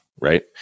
right